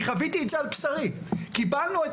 אני חוויתי את זה על בשרי: קיבלנו את